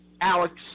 Alex